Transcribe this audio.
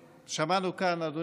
שמענו כאן, אדוני,